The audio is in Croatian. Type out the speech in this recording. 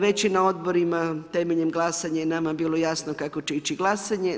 Već i na odborima temeljem glasanja i nama bilo jasno kako će biti glasanje.